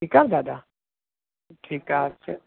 ठीकु आहे दादा ठीकु आहे